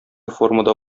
формада